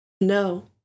no